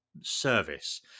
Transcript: Service